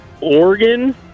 Oregon